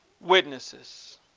witnesses